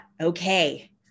okay